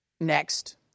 Next